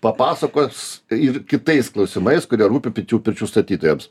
papasakos ir kitais klausimais kurie rūpi pirčių pirčių statytojams